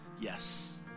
yes